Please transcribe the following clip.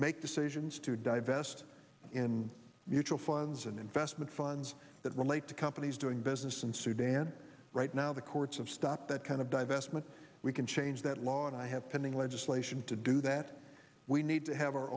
make decisions to divest in mutual funds and investment funds that relate to companies doing business in sudan right now the courts of stop that kind of divestment we can change that law and i have pending legislation to do that we need to have our